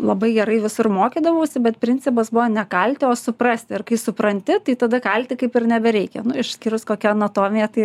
labai gerai visur mokydavausi bet principas buvo ne kalti o suprasti ir kai supranti tai tada kalti kaip ir nebereikia išskyrus kokią anatomiją tai